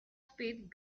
speed